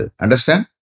Understand